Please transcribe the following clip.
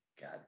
God